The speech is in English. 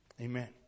Amen